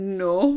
no